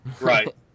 Right